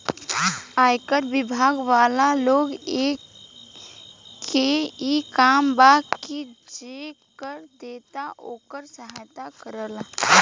आयकर बिभाग वाला लोग के इ काम बा की जे कर देता ओकर सहायता करऽ